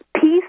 Peace